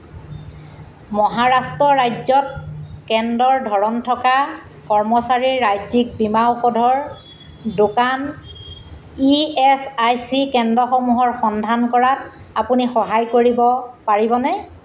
মহাৰাষ্ট্ৰ ৰাজ্যত কেন্দ্ৰৰ ধৰণ থকা কৰ্মচাৰীৰ ৰাজ্যিক বীমা ঔষধৰ দোকান ই এছ আই চি কেন্দ্ৰসমূহৰ সন্ধান কৰাত আপুনি সহায় কৰিব পাৰিবনে